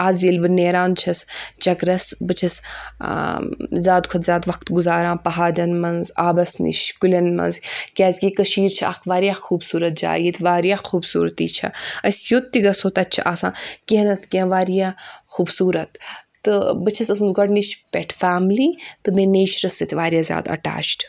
آز ییٚلہِ بہٕ نَیران چھَس چَکرَس بہٕ چھَس زیادٕ کھۄتہٕ زیادٕ وَقت گُزاران پہاڑَن منٛز آبَس نِش کُلؠن منٛز کیازکہِ کٔشیٖر چھِ اَکھ واریاہ خوٗبصوٗرت جاے ییٚتہِ واریاہ خوٗبصوٗرتی چھِ أسۍ یوٚت تہِ گَژھو تَتہِ چھِ آسان کینٛہہ نَتہٕ کینٛہہ واریاہ خوٗبصوٗرت تہٕ بہٕ چھَس ٲسمٕژ گۄڈنِچ پؠٹھ فیملی تہٕ بَیٚیہِ نیچرَس سۭتۍ واریاہ زیادٕ اَٹَیچِڑ